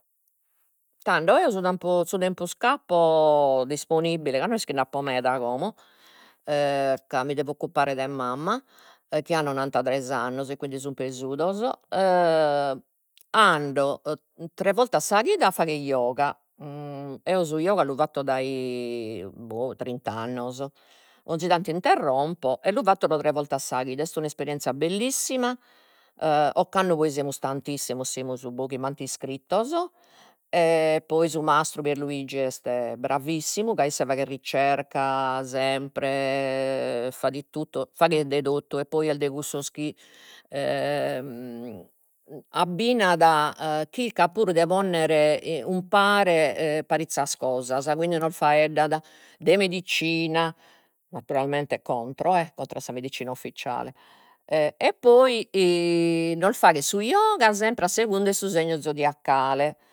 Tando eo su tempo su tempus c'apo disponibile, ca no est chi nd'apo meda como, ca mi devo occupare de mamma chi at nonantatres annos, e quindi sun pesudos ando tres boltas sa chida a fagher yoga eo su yoga lu fatto dai boh trint'annos, 'onzi tantu interrompo e lu fatto pro tres boltas sa chida, est un'esperienzia bellissima ocannu poi semus tantissimos, semus boh chimbanta iscrittos, e poi su mastru Pierluigi est bravissimu, ca isse faghet ricerca sempre fa di tutto faghet de totu, e poi est de cussos chi abbinat, chilcat puru de ponnere e umpare e parizzas cosas, quindi nos faeddat de medicina, naturalmente contro e, contra a sa medicina ufficiale, e e poi nos faghet su yoga a segundu 'e su segno zodiacale